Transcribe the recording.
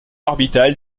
orbital